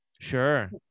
Sure